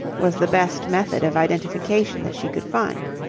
was the best method of identification that she could find.